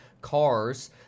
cars